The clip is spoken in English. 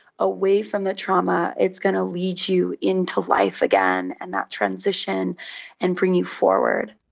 away from the trauma, it's going to lead you into life again and that transition and bring you forward.